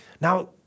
Now